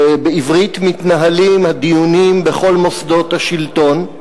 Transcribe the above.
ובעברית מתנהלים הדיונים בכל מוסדות השלטון,